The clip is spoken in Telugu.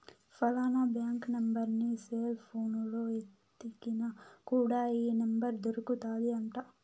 ఫలానా బ్యాంక్ నెంబర్ అని సెల్ పోనులో ఎతికిన కూడా ఈ నెంబర్ దొరుకుతాది అంట